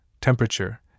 temperature